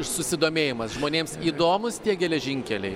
ir susidomėjimas žmonėms įdomūs tie geležinkeliai